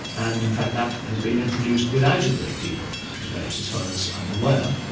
and in fact that has been introduced without a great deal of debate as far as i'm aware.